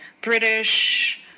British